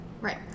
right